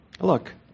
look